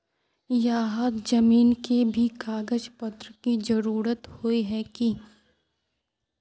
यहात जमीन के भी कागज पत्र की जरूरत होय है की?